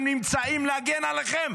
הם נמצאים להגן עליכם